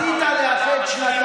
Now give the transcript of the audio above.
אז אם אתה כשר בממשלה,